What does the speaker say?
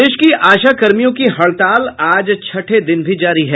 प्रदेश की आशाकर्मियों की हड़ताल आज छठे दिन भी जारी है